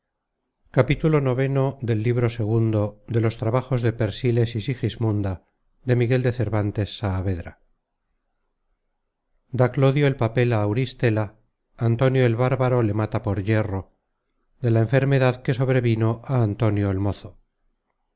ix da clodio el papel á auristela antonio el bárbaro le mata por yerro de la enfermedad que sobrevino á antonio el mozo